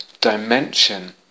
dimension